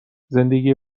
زندگی